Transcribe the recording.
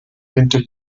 winter